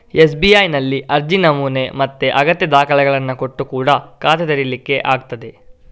ಎಸ್.ಬಿ.ಐನಲ್ಲಿ ಅರ್ಜಿ ನಮೂನೆ ಮತ್ತೆ ಅಗತ್ಯ ದಾಖಲೆಗಳನ್ನ ಕೊಟ್ಟು ಕೂಡಾ ಖಾತೆ ತೆರೀಲಿಕ್ಕೆ ಆಗ್ತದೆ